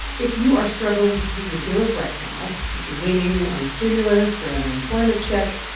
if you are struggling to pay your bills right now, if you're waiting on a stimulus or an unemployment check,